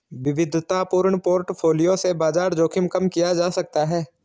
विविधतापूर्ण पोर्टफोलियो से बाजार जोखिम कम किया जा सकता है